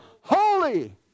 holy